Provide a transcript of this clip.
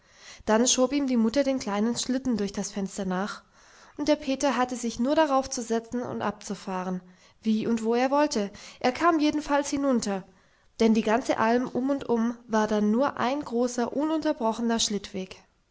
dann schob ihm die mutter den kleinen schlitten durch das fenster nach und der peter hatte sich nur daraufzusetzen und abzufahren wie und wo er wollte er kam jedenfalls hinunter denn die ganze alm um und um war dann nur ein großer ununterbrochener schlittweg